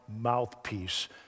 mouthpiece